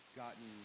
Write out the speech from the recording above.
gotten